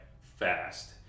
fast